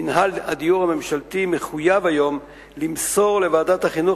מינהל הדיור הממשלתי מחויב היום למסור לוועדת החינוך